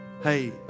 Hey